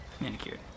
Manicured